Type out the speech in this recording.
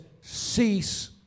cease